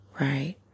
Right